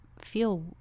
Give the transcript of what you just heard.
feel